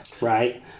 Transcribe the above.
right